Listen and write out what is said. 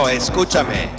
escúchame